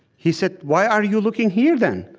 he said, why are you looking here, then?